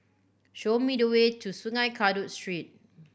show me the way to Sungei Kadut Street